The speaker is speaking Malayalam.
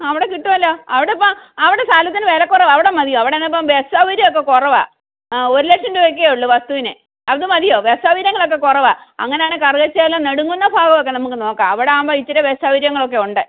അവിടെ കിട്ടുമല്ലോ അവിടെ ഇപ്പോൾ അവിടെ സ്ഥലത്തിന് വിലക്കുറവാ അവിടെ മതിയോ അവിടെ ആണെങ്കിൽ ഇപ്പോൾ ബസ് സൗകര്യം ഒക്കെ കുറവാ ഒരു ലക്ഷം രൂപയൊക്കെയേ ഉള്ളൂ വസ്തുവിന് അത് മതിയോ ബസ് സൗകര്യങ്ങളൊക്കെ കുറവാ അങ്ങനെയാണെങ്കിൽ കറുകച്ചാലിലും നെടുങ്കുന്നം ഭാഗം ഒക്കെ നമുക്ക് നോക്കാം അവിടെ ആകുമ്പോൾ ഇച്ചിരി ബസ് സൗകര്യങ്ങളൊക്കെയുണ്ട്